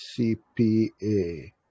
CPA